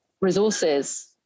resources